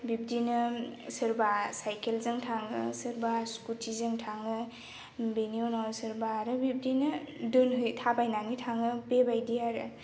बिबदिनो सोरबा साइकेलजों थाङो सोरबा स्कुटिजों थाङो बेनि उनाव सोरबा आरो बिबदिनो थाबायनानै थाङो बेबायदि आरो